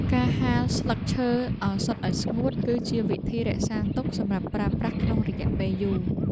ការហាលស្លឹកឈើឱសថឱ្យស្ងួត គឺជាវិធីរក្សាទុកសម្រាប់ប្រើប្រាស់ក្នុងរយៈពេលយូរ។